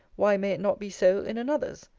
why may it not be so in another's?